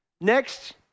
Next